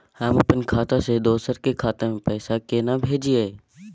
हम अपन खाता से दोसर के खाता में पैसा केना भेजिए?